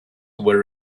were